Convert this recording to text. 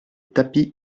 tapis